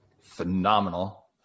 phenomenal